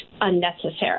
unnecessary